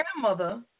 grandmother